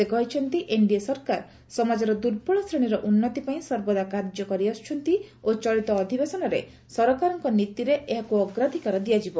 ସେ କହିଛନ୍ତି ଏନ୍ଡିଏ ସରକାର ସମାଜର ଦୁର୍ବଳ ଶ୍ରେଣୀର ଉନ୍ନତି ପାଇଁ ସର୍ବଦା କାର୍ଯ୍ୟ କରିଆସୁଛନ୍ତି ଓ ଚଳିତ ଅଧିବେଶନରେ ସରକାରଙ୍କ ନୀତିରେ ଏହାକୁ ଅଗ୍ରାଧିକାର ଦିଆଯିବ